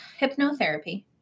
hypnotherapy